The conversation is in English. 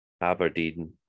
Aberdeen